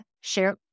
Share